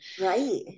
Right